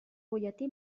butlletí